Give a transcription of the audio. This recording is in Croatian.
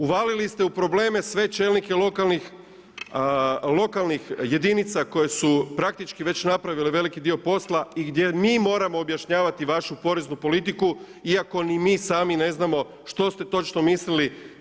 Uvalili ste u probleme sve čelnike lokalnih jedinica koje su praktički već napravile veliki dio posla i gdje mi moramo objašnjavati vašu poreznu politiku iako ni mi sami ne znamo što ste točno mislili.